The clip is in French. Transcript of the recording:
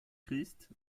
christ